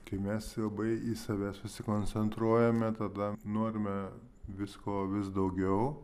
kai mes labai į save susikoncentruojame tada norime visko vis daugiau